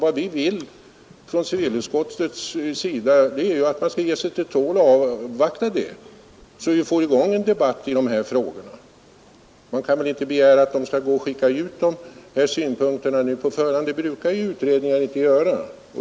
Vad vi vill från civilutskottets sida är ju att man skall ge sig till tåls och avvakta promemorian för att sedan få i gång en debatt om dessa frågor. Man kan inte begära att synpunkterna skall lämnas ut i förväg. Så brukar inte utredningar göra.